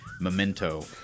memento